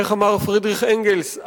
איך אמר פרידריך אנגלס?